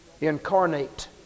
incarnate